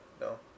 no